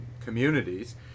communities